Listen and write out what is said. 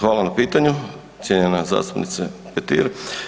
Hvala na pitanju cijenjena zastupnice Petir.